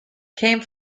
came